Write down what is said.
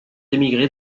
émigré